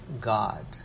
God